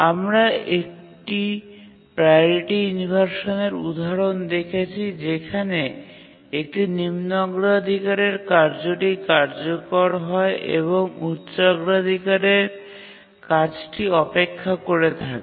আমরা একটি প্রাওরিটি ইনভারসানের উদাহরণ দেখেছি যেখানে একটি নিম্ন অগ্রাধিকারের কার্যটি কার্যকর হয় এবং উচ্চ অগ্রাধিকারের কাজটি অপেক্ষা করে থাকে